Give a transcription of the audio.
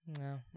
no